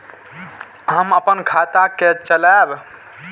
हम अपन खाता के चलाब?